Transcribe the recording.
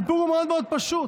הסיפור מאוד מאוד פשוט: